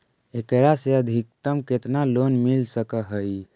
एकरा से अधिकतम केतना लोन मिल सक हइ?